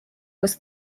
was